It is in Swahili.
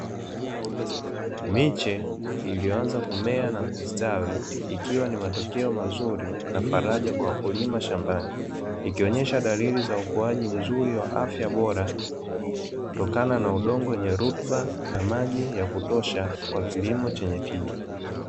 Miche iliyoanza kumea na kustawi, ikiwa ni matokeo mazuri na faraja kwa wakulima shambani, ikionyesha dalili za ukuaji mzuri wa afya bora kutokana na udongo wenye rutuba na maji ya kutosha kwa kilimo chenye tija.